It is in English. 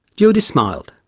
judy smiled.